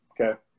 Okay